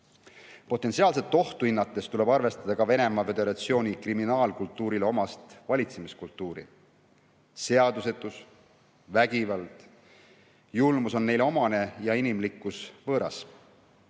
Potentsiaalset ohtu hinnates tuleb arvestada ka Venemaa Föderatsiooni kriminaalkultuurile omast valitsemiskultuuri – seadusetus, vägivald, julmus on neile omane ja inimlikkus võõras.